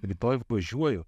rytoj važiuoju